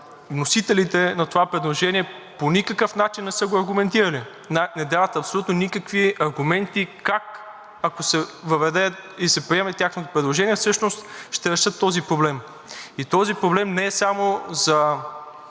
вносителите на това предложение по никакъв начин не са го аргументирали. Не дават абсолютно никакви аргументи как, ако се въведе и се приеме тяхното предложение, всъщност ще решат този проблем. И този проблем не касае